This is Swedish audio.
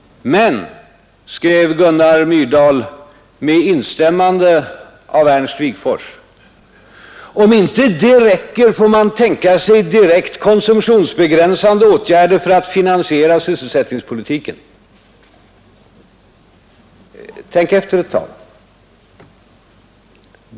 Men, skrev Gunnar Myrdal, med instämmande av Ernst Wigforss, om inte det räcker får man tänka sig direkt konsumtionsbegränsande åtgärder för att finansiera sysselsättningspolitiken. — Tänk efter ett tag!